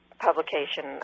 publication